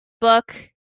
book